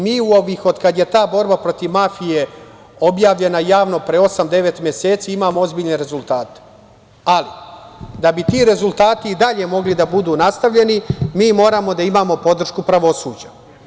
Mi od kad je ta borba protiv mafije objavljena javno pre osam, devet meseci imamo ozbiljne rezultate, ali da bi ti rezultati i dalje mogli da budu nastavljeni mi moramo da imamo podršku pravosuđa.